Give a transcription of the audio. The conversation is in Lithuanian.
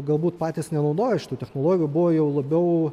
galbūt patys nenaudojo šitų technologijų buvo jau labiau